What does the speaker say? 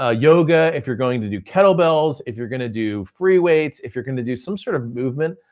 ah yoga, if you're going to do kettlebells, if you're gonna do free weights, if you're gonna do some sort of movement,